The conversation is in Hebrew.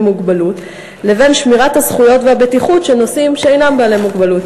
מוגבלות לבין שמירת הזכויות והבטיחות של נוסעים שאינם עם מוגבלות